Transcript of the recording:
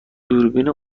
دوربین